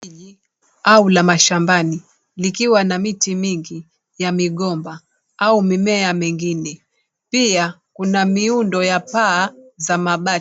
Eneo la kijiji au mshambani likiwa na miti mingi ya migomba au mimea mengine. Pia kuna muundo ya kabati au paa